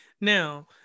Now